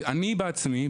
אני בעצמי,